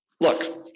look